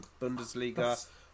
Bundesliga